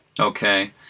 Okay